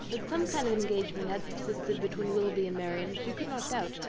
that some kind of engagement had subsisted between willoughby and marianne she could not doubt,